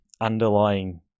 underlying